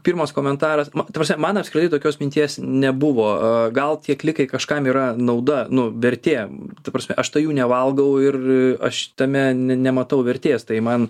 pirmas komentaras ta prasme man apskritai tokios minties nebuvo gal tie klikai kažkam yra nauda nu vertė ta prasme aš tai jų nevalgau ir aš tame ne nematau vertės tai man